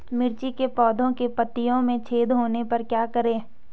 मिर्ची के पौधों के पत्तियों में छेद होने पर क्या करें?